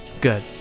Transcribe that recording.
Good